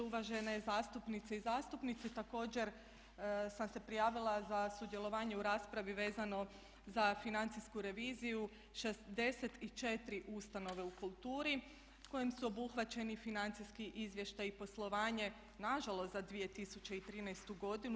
Uvažena zastupnice i zastupnici također sam se prijavila za sudjelovanje u raspravi vezano za financijsku reviziju 64 ustanove u kulturi kojim su obuhvaćeni financijski izvještaji i poslovanje nažalost za 2013.godinu.